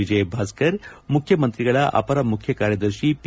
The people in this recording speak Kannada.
ವಿಜಯಭಾಸ್ಕರ್ ಮುಖ್ಯಮಂತ್ರಿಗಳ ಅಪರ ಮುಖ್ಯಕಾರ್ಯದರ್ತಿ ಪಿ